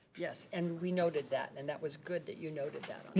yes, and we noted that and that was good that you noted that.